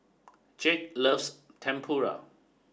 Jake loves Tempura